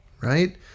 right